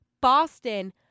Boston